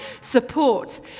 support